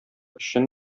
өчен